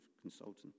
consultant